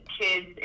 kids